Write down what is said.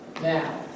now